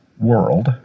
world